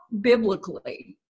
biblically